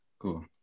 Cool